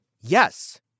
yes